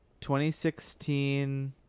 2016